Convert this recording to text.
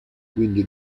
quindi